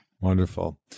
Wonderful